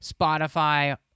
Spotify